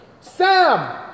Sam